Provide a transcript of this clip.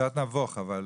קצת נבוך, אבל